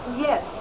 Yes